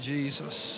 Jesus